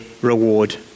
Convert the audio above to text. reward